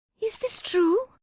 is this true?